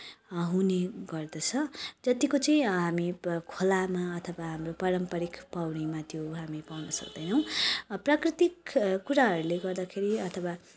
हुने गर्दछ जत्तिको चाहिँ हामी खोलामा अथवा हाम्रो पारम्पारिक पौडीमा त्यो हामी पाउन सक्दैनौँ प्राकृतिक कुराहरूले गर्दाखेरि अथवा